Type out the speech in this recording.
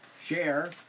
share